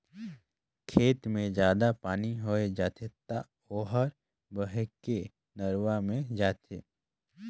खेत मे जादा पानी होय जाथे त ओहर बहके नरूवा मे जाथे